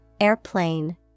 airplane